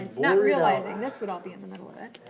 not realizing this would all be in the middle of that.